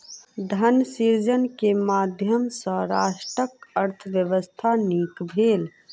धन सृजन के माध्यम सॅ राष्ट्रक अर्थव्यवस्था नीक भेल